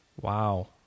Wow